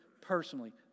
personally